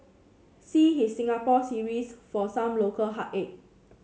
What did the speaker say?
see his Singapore series for some local heartache